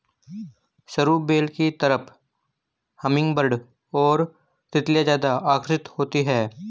सरू बेल की तरफ हमिंगबर्ड और तितलियां ज्यादा आकर्षित होती हैं